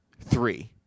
three